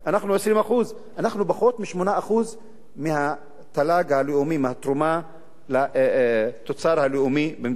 אנחנו 20% אנחנו פחות מ-8% מהתרומה לתוצר הלאומי במדינת ישראל.